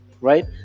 right